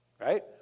right